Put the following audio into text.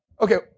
Okay